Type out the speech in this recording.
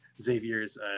Xavier's